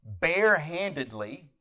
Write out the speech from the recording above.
barehandedly